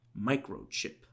microchip